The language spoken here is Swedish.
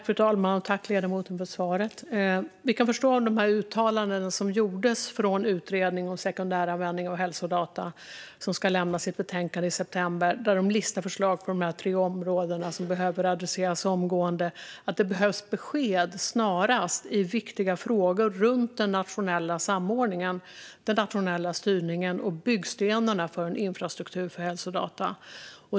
Fru talman! Tack, ledamoten, för svaret! Vi kan förstå av de uttalanden som gjordes från Utredningen om sekundäranvändning av hälsodata, som ska lämna sitt betänkande i september, där de listar förslag på de här tre områdena som behöver adresseras omgående, att det behövs besked snarast i viktiga frågor runt den nationella samordningen, den nationella styrningen och byggstenarna för en infrastruktur för hälsodata.